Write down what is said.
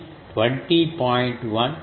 1 dB